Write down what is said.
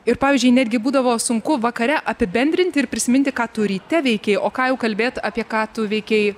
ir pavyzdžiui netgi būdavo sunku vakare apibendrinti ir prisiminti ką tu ryte veikei o ką jau kalbėt apie ką tu veikei